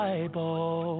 Bible